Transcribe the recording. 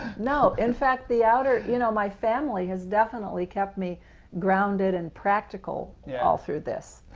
no, in fact the outer you know my family has definitely kept me grounded and practical yeah all through this,